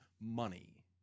money